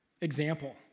Example